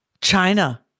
China